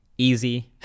easy